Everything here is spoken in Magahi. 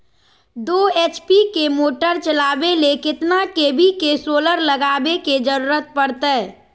दो एच.पी के मोटर चलावे ले कितना के.वी के सोलर लगावे के जरूरत पड़ते?